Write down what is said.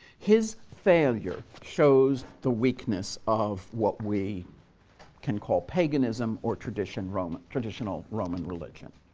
his failure shows the weakness of what we can call paganism or traditional roman traditional roman religion.